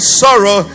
sorrow